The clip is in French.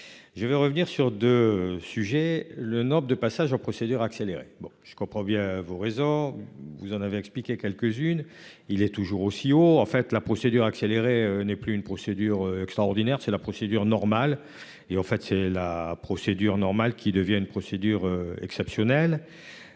Je vais revenir sur 2 sujets le nord de passage en procédure accélérée. Bon je comprends bien vos raisons, vous en avez expliqué quelques-unes. Il est toujours aussi haut en fait la procédure accélérée n'est plus une procédure extraordinaire c'est la procédure normale. Et en fait c'est la procédure normale qui devient une procédure exceptionnelle.